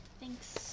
Thanks